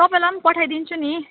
तपाईँलाई नि पठाइदिन्छु नि